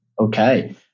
Okay